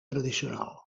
tradicional